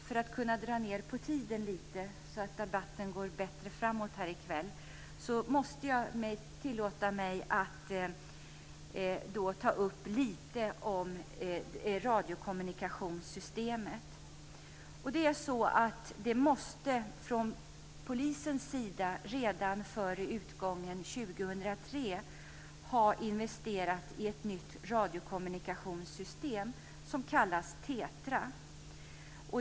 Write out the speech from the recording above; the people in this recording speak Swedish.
För att dra ned på tiden lite så att debatten går bättre framåt här i kväll, måste jag till sist tillåta mig att ta upp något om radiokommunikationssystemet. Polisen måste redan före utgången av 2003 ha investerat i ett nytt radiokommunikationssystem som kallas TETRA.